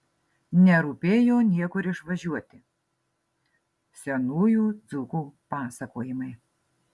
nerūpėjo niekur išvažiuoti senųjų dzūkų pasakojimai